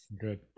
Good